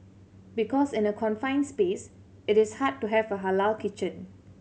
because in a confined space it is hard to have a halal kitchen